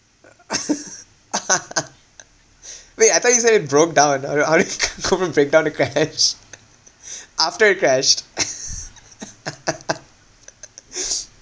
wait I thought you said it broke down or break down it crashed after it crashed